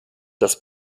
das